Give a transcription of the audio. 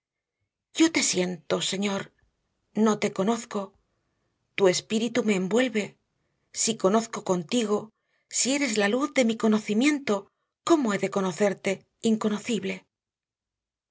yo te siento señor no te conozco tu espíritu me envuelve si conozco contigo si eres la luz de mi conocimiento como he de conocerte inconocible